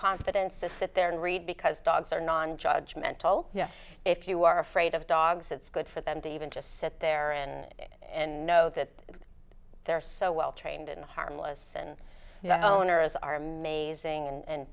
confidence to sit there and read because dogs are non judgment oh yes if you are afraid of dogs it's good for them to even just sit there and know that they're so well trained and harmless and you know nurses are amazing and